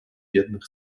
бедных